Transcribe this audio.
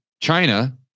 China